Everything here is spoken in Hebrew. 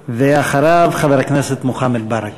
ואחריו, חבר הכנסת מוחמד ברכה.